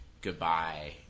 goodbye